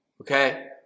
okay